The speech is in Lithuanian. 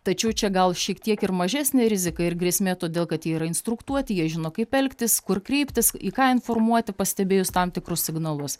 tačiau čia gal šiek tiek ir mažesnė rizika ir grėsmė todėl kad jie yra instruktuoti jie žino kaip elgtis kur kreiptis į ką informuoti pastebėjus tam tikrus signalus